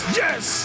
yes